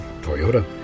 Toyota